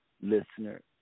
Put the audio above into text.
listener